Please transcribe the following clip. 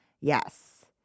Yes